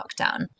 lockdown